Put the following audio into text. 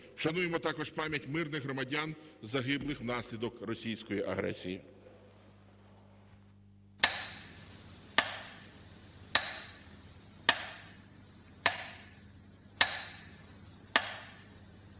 Вшануємо також пам'ять мирних громадян, загиблих внаслідок російської агресії.